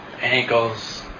Ankles